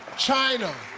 china.